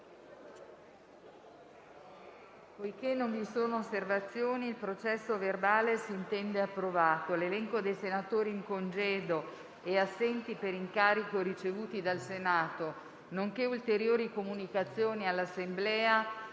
apre una nuova finestra"). L'elenco dei senatori in congedo e assenti per incarico ricevuto dal Senato, nonché ulteriori comunicazioni all'Assemblea